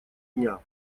дня